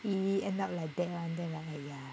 !ee! end up like that [one] then like !aiya!